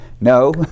No